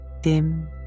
dim